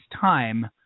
time